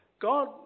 God